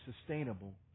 sustainable